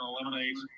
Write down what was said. eliminate